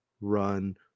run